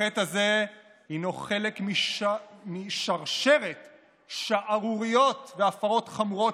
החטא הזה הינו חלק משרשרת שערוריות והפרות חמורות